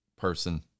person